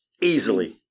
Easily